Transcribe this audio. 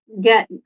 get